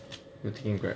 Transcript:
we're taking grab